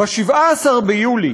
ב-17 ביולי